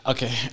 Okay